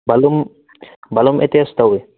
ꯕꯥꯠꯔꯨꯝ ꯕꯥꯠꯔꯨꯝ ꯑꯦꯇꯦꯁ ꯇꯧꯋꯤ